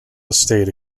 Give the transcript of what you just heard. estate